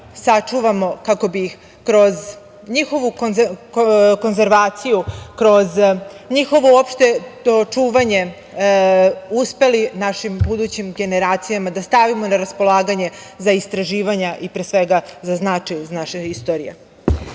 sačuvamo kako bih kroz njihovu konzervaciju, kroz njihovo opšte to čuvanje uspeli našim budućim generacijama da stavimo na raspolaganje za istraživanja i pre svega za značaj iz naše istorije. Srbija